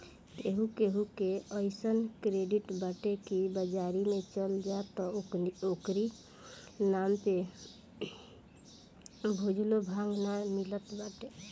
केहू केहू के अइसन क्रेडिट बाटे की बाजारी में चल जा त ओकरी नाम पे भुजलो भांग नाइ मिलत बाटे